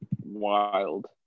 wild